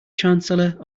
chancellor